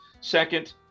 second